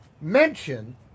mention